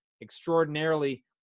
extraordinarily –